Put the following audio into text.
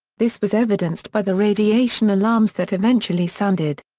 this was evidenced by the radiation alarms that eventually sounded.